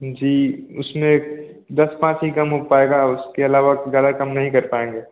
जी उसमें दस पाँच ही कम हो पाएगा उसके अलावा ज़्यादा कम नहीं कर पाएँगे